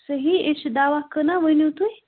صحیح أسۍ چھِ دوا کٕنان ؤنِو تُہۍ